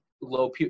low